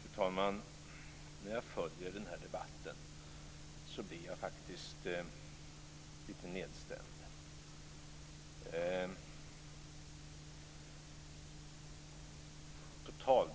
Fru talman! När jag följer den här debatten blir jag faktiskt lite nedstämd.